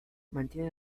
mantiene